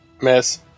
Miss